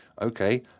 Okay